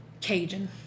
Cajun